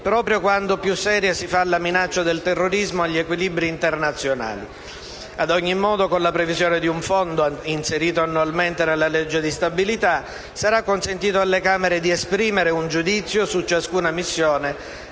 proprio quando più seria si fa la minaccia del terrorismo agli equilibri internazionali. Ad ogni modo, con la previsione di un fondo annualmente inserito nella legge di stabilità, sarà consentito alle Camere di esprimere un giudizio su ciascuna missione